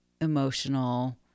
emotional